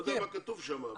אני לא יודע מה כתוב שם.